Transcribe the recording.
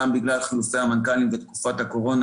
גם בגלל חילופי המנכ"לים בתקופת הקורונה